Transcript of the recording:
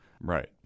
right